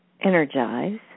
Energize